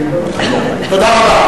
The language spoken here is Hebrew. תודה רבה.